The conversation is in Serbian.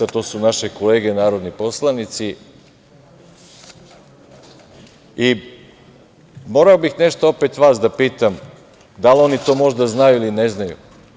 To su naše kolege narodni poslanici i morao bih nešto opet vas da pitam, da li oni to možda znaju ili ne znaju.